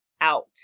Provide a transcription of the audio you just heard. out